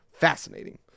fascinating